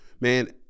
man